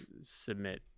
submit